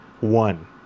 one